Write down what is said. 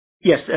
Yes